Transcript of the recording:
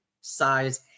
size